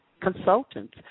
consultants